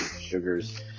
sugars